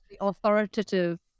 authoritative